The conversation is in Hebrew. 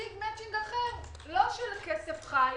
להציג מ'אצ'ינג אחר לא של כסף חי